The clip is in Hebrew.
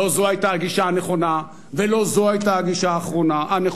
לא זו היתה הגישה הנכונה ולא זו היתה הגישה הנכונה,